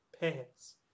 pants